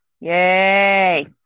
Yay